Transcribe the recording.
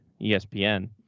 ESPN